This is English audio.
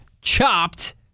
Chopped